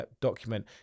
document